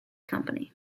company